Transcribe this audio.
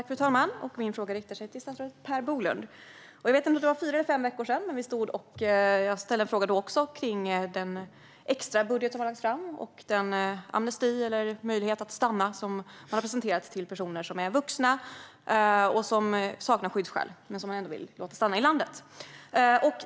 Fru talman! Jag riktar min fråga till statsrådet Per Bolund. För fyra eller fem veckor sedan ställde jag en fråga om den extrabudget som regeringen har lagt fram och om den amnesti eller möjlighet att stanna som man har presenterat för personer som är vuxna och som saknar skyddsskäl men som man ändå vill låta stanna i landet.